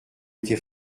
été